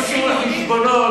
אין פושעים יהודים?